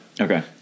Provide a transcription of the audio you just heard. Okay